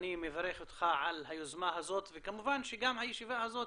אני מברך אותך על היוזמה הזאת וכמובן שגם הישיבה הזאת